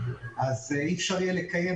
אי אפשר יהיה לקיים